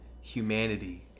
humanity